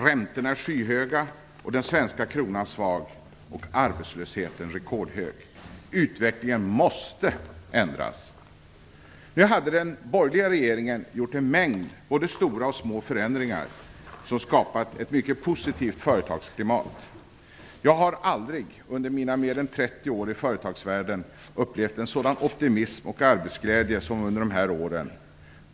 Räntorna är skyhöga, den svenska kronan svag och arbetslösheten rekordhög. Utvecklingen måste ändras! Nu hade den borgerliga regeringen gjort en mängd både stora och små förändringar som skapat ett mycket positivt företagsklimat. Jag har aldrig under mina mer än 30 år i företagsvärlden upplevt en sådan optimism och arbetsglädje som under de här åren.